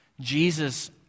Jesus